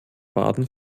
baden